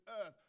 earth